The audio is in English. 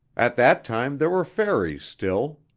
at that time there were fairies still.